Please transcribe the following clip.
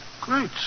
Great